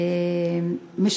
תודה,